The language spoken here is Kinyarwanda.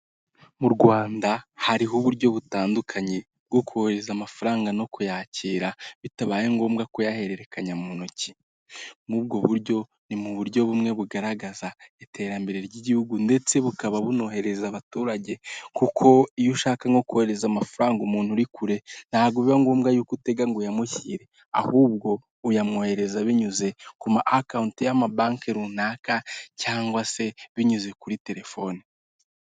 Mu Rwanda hariho uburyo butandukanye bwo kohereza amafaranga no kuyakira bitabaye ngombwa kuyahererekanya mu ntoki ,muri ubwo buryo ni mu buryo bumwe bugaragaza iterambere ry'igihugu ndetse bukaba bunohereza abaturage kuko iyo ushaka nko kohereza amafaranga umuntu uri kure ntago biba ngombwa yuko utega ngo uyamushyire ahubwo uyamwohereza binyuze ku ma konti y'amabanki runaka cyangwa se binyuze kuri terefoni.